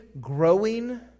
growing